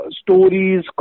stories